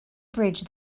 bridge